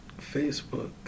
Facebook